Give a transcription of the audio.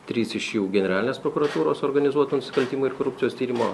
trys iš jų generalinės prokuratūros organizuotų nusikaltimų ir korupcijos tyrimo